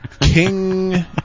king